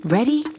Ready